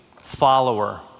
follower